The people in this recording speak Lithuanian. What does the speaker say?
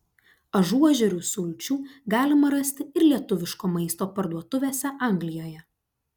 ažuožerių sulčių galima rasti ir lietuviško maisto parduotuvėse anglijoje